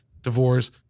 divorce